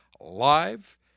live